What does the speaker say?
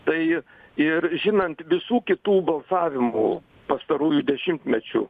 tai ir žinant visų kitų balsavimų pastarųjų dešimtmečių